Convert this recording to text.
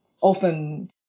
often